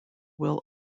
will